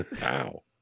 Wow